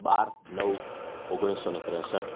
બાર નવ ઓગણીસસો ને ત્રેંસઠ